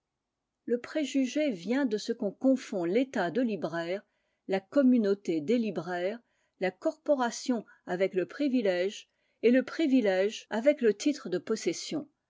le préjugé vient de ce qu'on confond l'état de libraire la communauté des libraires la corporation avec le privilège et le privilège avec le titre de possession